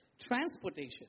transportation